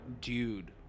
dude